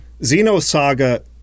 Xenosaga